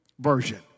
version